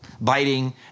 biting